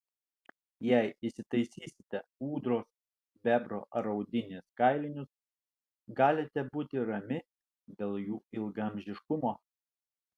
jei įsitaisysite ūdros bebro ar audinės kailinius galite būti rami dėl jų ilgaamžiškumo